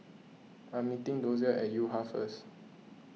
I am meeting Dozier at Yo Ha first